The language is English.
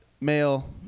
male